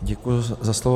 Děkuji za slovo.